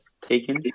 taken